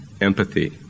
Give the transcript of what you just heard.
empathy